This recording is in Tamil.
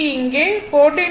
2 j 15